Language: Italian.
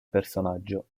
personaggio